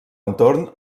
entorn